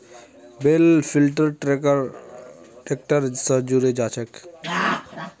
बेल lifter tractor स जुड़े जाछेक